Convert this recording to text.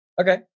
Okay